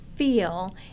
feel